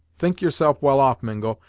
think yourself well off, mingo,